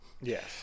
Yes